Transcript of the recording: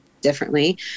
differently